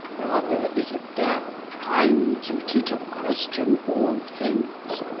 rather is it their prime duty to question all things,